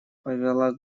повела